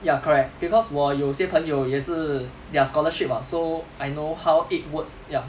ya correct because 我有些朋友也是 their scholarship [what] so I know how it works ya